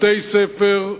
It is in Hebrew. בתי-ספר,